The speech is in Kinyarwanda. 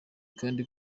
kandi